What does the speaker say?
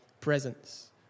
presence